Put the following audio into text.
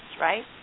right